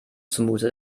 zumute